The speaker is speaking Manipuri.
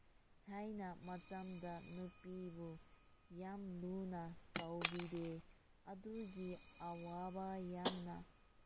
ꯊꯥꯏꯅ ꯃꯇꯝꯗ ꯅꯨꯄꯤꯕꯨ ꯌꯥꯝ ꯂꯨꯅ ꯇꯧꯕꯤꯗꯦ ꯑꯗꯨꯒꯤ ꯑꯋꯥꯕ ꯌꯥꯝꯅ